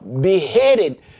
beheaded